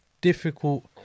difficult